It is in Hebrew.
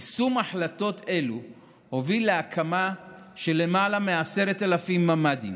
יישום החלטות אלו הוביל להקמה של למעלה מ-10,000 ממ"דים,